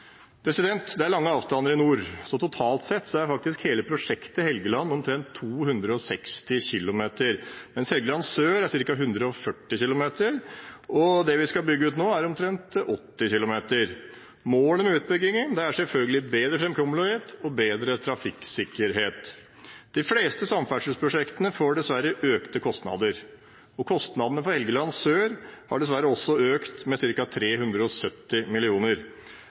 trafikksikkerhet. Det er lange avstander i nord, så totalt sett er hele prosjektet i Helgeland på omtrent 260 km, mens Helgeland sør er ca. 140 km og det vi skal bygge ut nå, er omtrent 80 km. Målet med utbyggingen er selvfølgelig bedre framkommelighet og bedre trafikksikkerhet. De fleste samferdselsprosjektene får dessverre økte kostnader. Kostnadene for Helgeland sør har dessverre også økt med ca. 370